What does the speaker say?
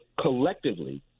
collectively